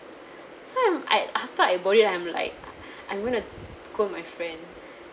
so I'm I after I bought it right I'm like I'm gonna scold my friend